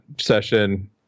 session